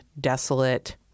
desolate